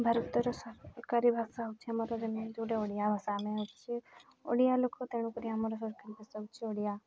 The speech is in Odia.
ଭାରତର ସରକାରୀ ଭାଷା ହେଉଛି ଆମର ଯେମିତି ଯେଉଁଟା ଓଡ଼ିଆ ଭାଷା ଆମେ ହେଉଛି ଓଡ଼ିଆ ଲୋକ ତେଣୁକରି ଆମର ସରକାରୀ ଭାଷା ହେଉଛି ଓଡ଼ିଆ